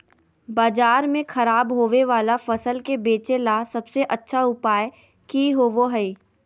बाजार में खराब होबे वाला फसल के बेचे ला सबसे अच्छा उपाय की होबो हइ?